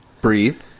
Breathe